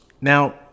Now